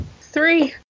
Three